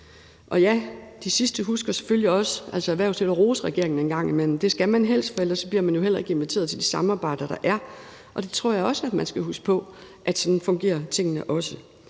erhvervslivet, husker selvfølgelig også at rose regeringen en gang imellem. Det skal man helst, for ellers bliver man jo heller ikke inviteret til de samarbejder, der er, og jeg tror også, man skal huske på, at sådan fungerer tingene også.